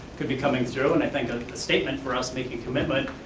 could be coming through, and i think a statement for us making commitment,